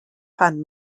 pan